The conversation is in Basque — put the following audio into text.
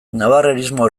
navarrerismo